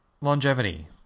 Longevity